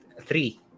three